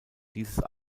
dieses